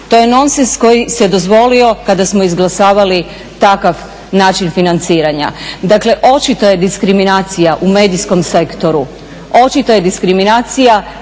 to je nonsens koji se dozvolio kada smo izglasavali takav način financiranja. Dakle, očita je diskriminacija u medijskom sektoru, a svi se vraćamo